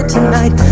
Tonight